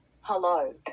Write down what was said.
hello